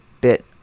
bit